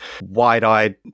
wide-eyed